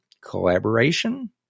collaboration